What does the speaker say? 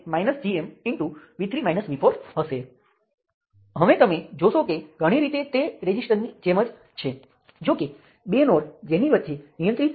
સર્કિટને ફરીથી દોરીએ ચાલો પહેલા મેશને ઓળખીએ જ્યારે તમારી પાસે મેશ હોય ત્યાં કોઈ વિસંગતતા બિલકુલ નથી ત્યાં મેશને ઓળખવાનો એક જ રસ્તો છે તે તેના ફાયદા છે